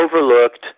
overlooked